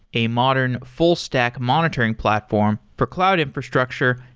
a modern, full-stack monitoring platform for cloud infrastructure,